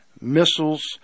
missiles